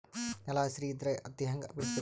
ನೆಲ ಹಸಿ ಇದ್ರ ಹತ್ತಿ ಹ್ಯಾಂಗ ಬಿಡಿಸಬೇಕು?